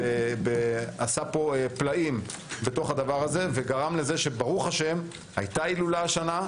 שעשה פלאים בתוך הדבר הזה וגרם לכך שברוך השם הייתה הילולה השנה,